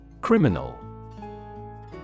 Criminal